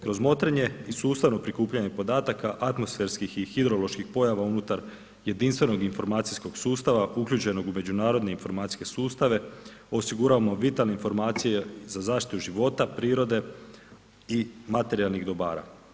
Kroz motrenje i sustavno prikupljanje podataka atmosferskih i hidroloških pojava unutar jedinstvenog informacijskog sustava uključenog u međunarodne informacijske sustave, osiguravamo vitalne informacije za zaštitu života, prirode i materijalnih dobara.